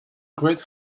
great